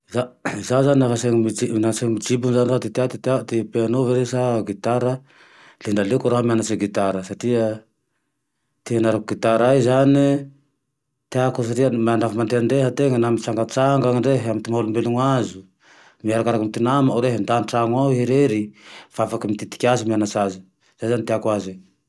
Zaho zane naha asiny mijibone raha ty tea ty teako, piano ve re sa gitara, la naleoko raho mianatsy gitara satria, te hianarako gitara e teako satria nafa mandehandeha tena na mitsangatsangane rehe amy ty maha olombelony azo, arakarake amy ty namao rehe, mba antrano ao irery fa afaky mititiky aze, mianatsy aze. zay zane teako aze io